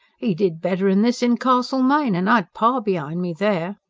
he did better'n this in castlemaine and i'd pa behind me there.